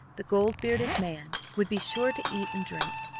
the gold-bearded man would be sure to eat and drink,